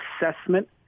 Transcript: assessment